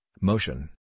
motion